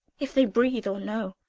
if they breathe or no.